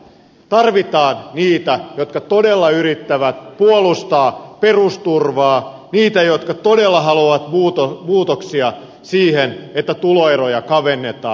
tarvitaan niitä jotka todella yrittävät puolustaa perusturvaa niitä jotka todella haluavat muutoksia siihen että tuloeroja kavennetaan